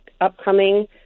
upcoming